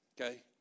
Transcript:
okay